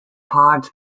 pods